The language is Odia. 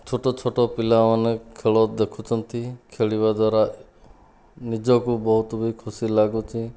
ଛୋଟ ଛୋଟ ପିଲାମାନେ ଖେଳ ଦେଖୁଛନ୍ତି ଖେଳିବା ଦ୍ୱାରା ନିଜକୁ ବହୁତ ବି ଖୁସି ଲାଗୁଛି